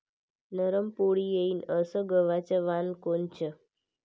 नरम पोळी येईन अस गवाचं वान कोनचं?